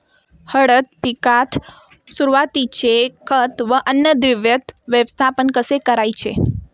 हळद पिकात सुरुवातीचे खत व अन्नद्रव्य व्यवस्थापन कसे करायचे?